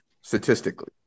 statistically